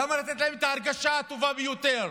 למה לתת להם את ההרגשה הטובה ביותר?